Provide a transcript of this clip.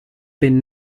been